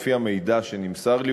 לפי המידע שנמסר לי,